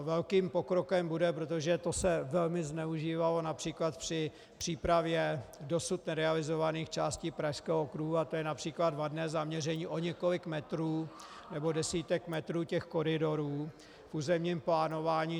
Velkým pokrokem bude, protože to se velmi zneužívalo například při přípravě dosud nerealizovaných částí Pražského okruhu, a to je např. vadné zaměření o několik metrů nebo desítek metrů koridorů v územním plánování.